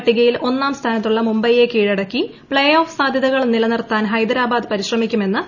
പട്ടികയിൽ ഒന്നാം സ്ഥാനത്തുള്ള മുംബൈയെ പോയിന്റ് കീഴടക്കി പ്ലേഓഫ് സാധൃതകൾ നിലനിർത്താൻ ഹൈദരാബാദ് പരിശ്രമിക്കുമെന്ന് ഉറപ്പാണ്